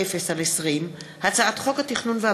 פ/3670/20 וכלה בהצעת חוק פ/3708/20,